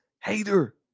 hater